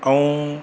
ऐं